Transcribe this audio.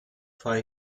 phi